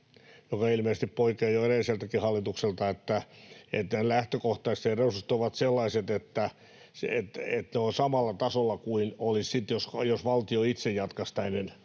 mikä ilmeisesti poikii jo edelliseltäkin hallitukselta, että lähtökohtaisesti resurssit ovat sellaiset, että ne ovat samalla tasolla kuin ne olisivat sitten, jos valtio itse jatkaisi aktiivisten